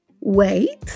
Wait